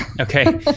Okay